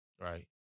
Right